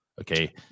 okay